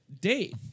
date